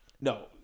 No